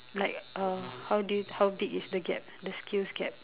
like uh how do you how big is the gap the skills gap